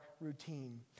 routine